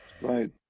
right